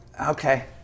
okay